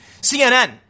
CNN